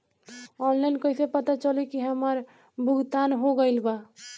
Online कईसे पता चली की हमार भुगतान हो गईल बा?